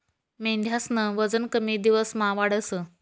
मेंढ्यास्नं वजन कमी दिवसमा वाढस